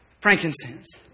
frankincense